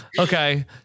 okay